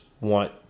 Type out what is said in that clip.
want